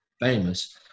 famous